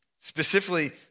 Specifically